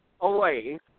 away